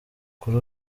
kuri